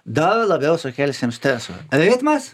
dar labiau sukelsim streso ritmas